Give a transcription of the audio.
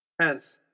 Hence